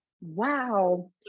Wow